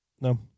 No